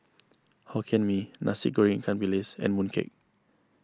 Hokkien Mee Nasi Goreng Ikan Bilis and Mooncake